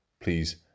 Please